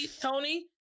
Tony